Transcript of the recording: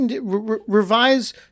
revise